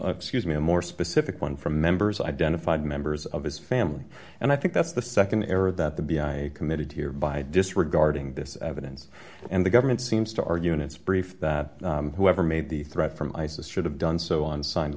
an excuse me a more specific one from members identified members of his family and i think that's the nd error that the b i committed here by disregarding this evidence and the government seems to argue in its brief that whoever made the threat from isis should have done so on signed